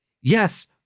Yes